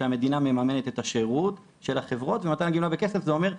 שהמדינה ממנת את השרות של החברות ומתן הגמלה בכסף זה אומר,